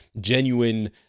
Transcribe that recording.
genuine